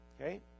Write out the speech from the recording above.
Okay